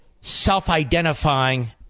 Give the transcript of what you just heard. self-identifying